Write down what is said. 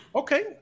okay